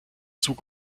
zug